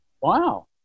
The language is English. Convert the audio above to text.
wow